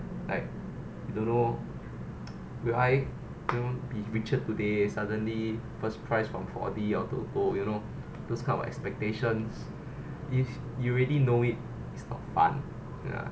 like you don't know will I you know be richer today suddenly first price from four D or toto you know those kind of expectations if you already know it it's not fun ya